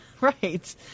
Right